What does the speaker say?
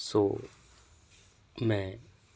ਸੋ ਮੈਂ